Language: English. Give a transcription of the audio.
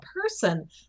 person